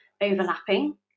overlapping